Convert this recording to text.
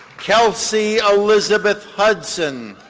kelsey elizabeth hudson.